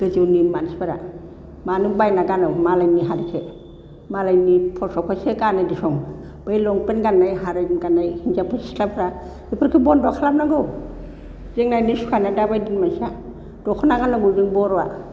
गोजौनि मानसिफोरा मानो बायना गाननांगौ मालायनि हारिखौ मालायनि पसाकखौसो गानो दिसं बै लंपेन्ट गाननाय हारें गाननाय हिन्जावफोर सिख्लाफ्रा बेफोरखौ बन्द' खालामनांगौ जोंना बिदि सुखुवाना दाबायदिनि मानसिफ्रा दखना गाननांगौ जों बर'आ